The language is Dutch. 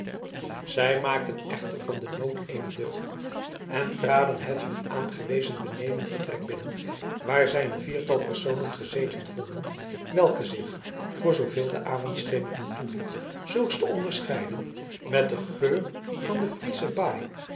zij maakten echter van den nood een deugd en traden het hun aangewezen benedenvertrek binnen waar zij een viertal personen gezeten vonden die zich voor zooveel de avondschemering toeliet zulks te onderscheiden met den geur van de friesche baai